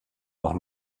noch